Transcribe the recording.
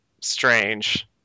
strange